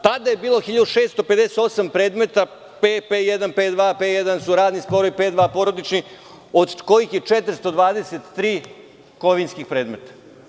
Tada je bilo 1658 predmeta PP1, P2, P1 su radni sporovi, P2 porodični, od kojih je 423 kovinskih predmeta.